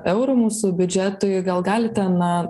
eurų mūsų biudžetui gal galite na